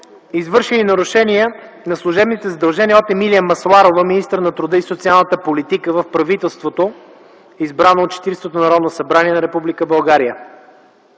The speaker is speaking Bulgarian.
извършени нарушения на служебните задължения от Емилия Масларова - министър на труда и социалната политика в правителството, избрано от 40-то Народно събрание на